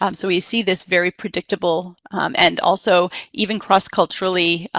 um so we see this very predictable and also even cross-culturally,